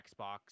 Xbox